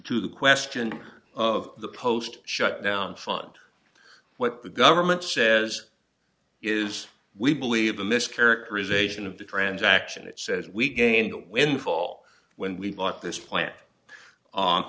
to the question of the post shutdown fund what the government says is we believe in this characterization of the transaction it says we gained a windfall when we bought this plant